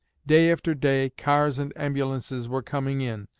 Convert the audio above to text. day after day cars and ambulances were coming in,